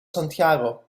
santiago